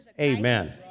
Amen